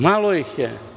Malo ih je.